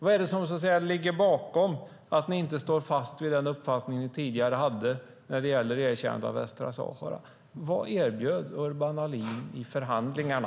Vad är det som så att säga ligger bakom att ni inte står fast vid den uppfattning ni tidigare hade när det gäller erkännandet av Västsahara? Vad erbjöd Urban Ahlin i förhandlingarna?